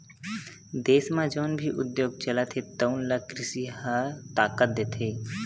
देस म जउन भी उद्योग चलत हे तउन ल कृषि ह ताकत देथे